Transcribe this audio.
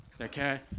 Okay